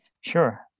Sure